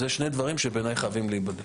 אלה שני דברים שחייבים להיבדק.